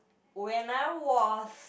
when I was